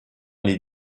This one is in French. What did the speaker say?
les